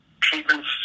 treatments